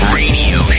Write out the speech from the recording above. radio